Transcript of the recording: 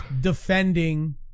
defending